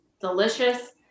Delicious